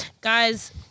guys